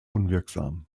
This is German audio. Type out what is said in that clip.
unwirksam